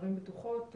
ערים בטוחות,